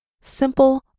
simple